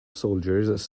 soldiers